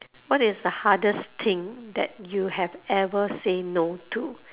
what is the hardest thing that you have ever say no to